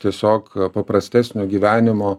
tiesiog paprastesnio gyvenimo